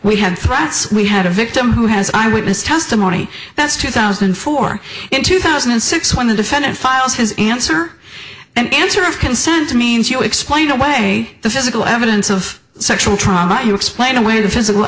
we had threats we had a victim who has eyewitness testimony that's two thousand and four in two thousand and six when the defendant files his answer and answer of concern to means you explain away the physical evidence of sexual trauma you explain away the physical